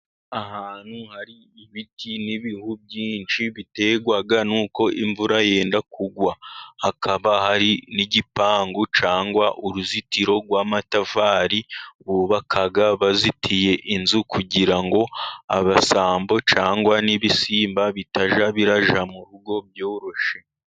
Ahantu hari ibiti n'ibihu byinshi， biterwa n'uko imvura yenda kugwa. Hakaba hari n'igipangu cyangwa uruzitiro rw'amatafari，bubaka bazitiye inzu， kugira ngo abasambo cyangwa n'ibisimba bitajya birajya mu rugo byoroshye.